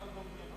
כמה דוברים?